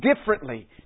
differently